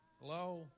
Hello